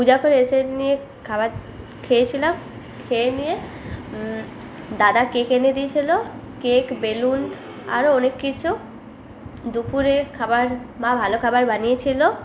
পূজা করে এসে নিয়ে খাবার খেয়েছিলাম খেয়ে নিয়ে দাদা কেক এনে দিয়েছিলো কেক বেলুন আরো অনেক কিছু দুপুরে খাবার মা ভালো খাবার বানিয়েছিল